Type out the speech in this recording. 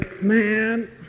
man